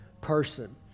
person